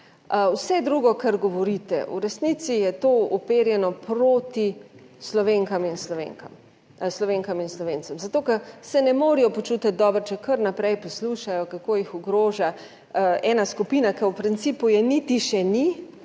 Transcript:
vse drugo, kar govorite, v resnici je to uperjeno proti Slovenkam in Slovencem, zato ker se ne morejo počutiti dobro, če kar naprej poslušajo kako jih ogroža ena skupina, ki v principu je niti še ni